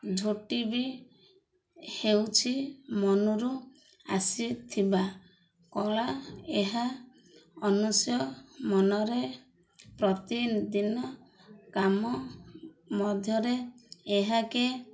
ଝୋଟି ବି ହେଉଛି ମନରୁ ଆସିଥିବା କଳା ଏହା ଅନୁସ ମନରେ ପ୍ରତିଦିନ କାମ ମଧ୍ୟରେ ଏହାକେ